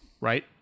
right